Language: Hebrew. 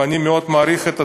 ואני מאוד מעריך את עצמי,